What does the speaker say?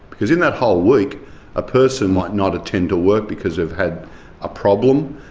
because in that whole week a person might not attend to work because they've had a problem,